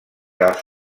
els